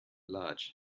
large